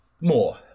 More